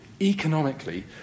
economically